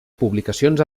publicacions